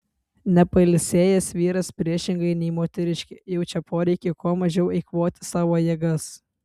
nepailsėjęs vyras priešingai nei moteriškė jaučia poreikį kuo mažiau eikvoti savo jėgas